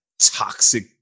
toxic